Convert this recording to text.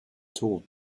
told